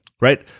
right